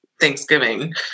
Thanksgiving